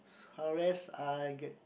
harass I get